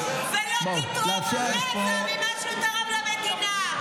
ולא תתרום רבע ממה שהוא תרם למדינה.